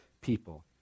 people